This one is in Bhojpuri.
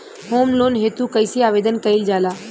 होम लोन हेतु कइसे आवेदन कइल जाला?